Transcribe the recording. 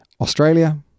Australia